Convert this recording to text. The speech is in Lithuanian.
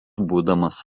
būdamas